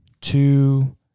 two